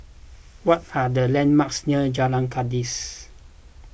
what are the landmarks near Jalan Kandis